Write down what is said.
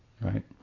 right